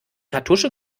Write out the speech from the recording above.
kartusche